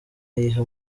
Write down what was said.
ayiha